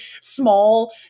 small